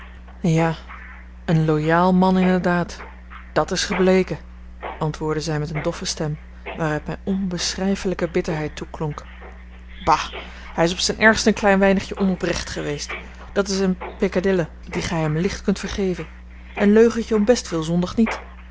ja een loyaal man inderdaad dat's gebleken antwoordde zij met een doffe stem waaruit mij onbeschrijfelijke bitterheid toeklonk bah hij is op zijn ergst een klein weinigje onoprecht geweest dat is eene peccadille die gij hem licht kunt vergeven een leugentje om bestwil zondigt niet